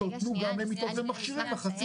יש